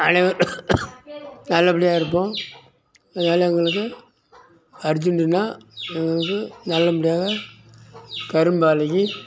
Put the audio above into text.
அனைவரும் நல்லபடியாக இருப்போம் அதனால எங்களுக்கு அர்ஜெண்டுன்னா எங்களுக்கு நல்லபடியாக கரும்பாலையில்